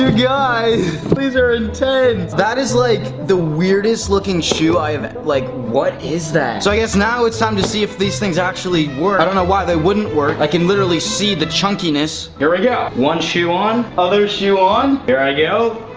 guys, these are intense! that is like the weirdest looking shoe, i have like what is that? so i guess now it's time to see if these things actually work i don't know why they wouldn't work, i can literally see the chunkiness. here we go. one shoe on, other shoe on, here i go.